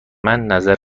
نظر